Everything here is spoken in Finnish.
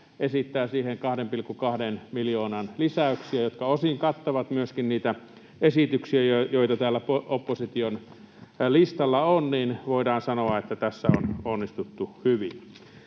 esittää siihen 2,2 miljoonan lisäyksiä, jotka osin kattavat myöskin niitä esityksiä, joita täällä opposition listalla on, joten voidaan sanoa, että tässä on onnistuttu hyvin.